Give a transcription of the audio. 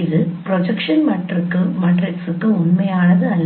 இது ப்ரொஜெக்ஷன் மேட்ரிக்ஸுக்கு உண்மையானது அல்ல